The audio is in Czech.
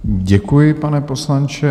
Děkuji, pane poslanče.